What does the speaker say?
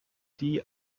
die